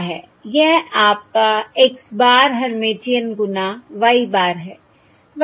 यह आपका x bar Hermitian गुना y bar है